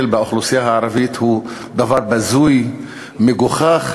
באוכלוסייה הערבית הוא דבר בזוי ומגוחך,